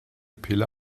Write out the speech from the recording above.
pille